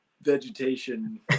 vegetation